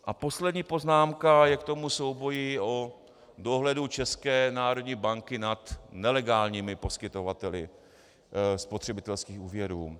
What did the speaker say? A poslední poznámka je k tomu souboji o dohledu České národní banky nad nelegálními poskytovateli spotřebitelských úvěrů.